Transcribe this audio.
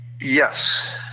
Yes